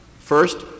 First